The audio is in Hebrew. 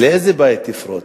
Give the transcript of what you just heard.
לאיזה בית יפרוץ?